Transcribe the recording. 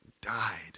died